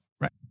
Right